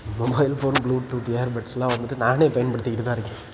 mobile phone bluetooth ear பட்ஸ்செல்லாம் வந்துட்டு நானே பயன்படுத்திக்கிட்டு தான் இருக்கேன்